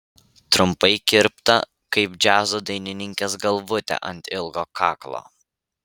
trumpai kirpta kaip džiazo dainininkės galvutė ant ilgo kaklo